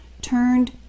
turned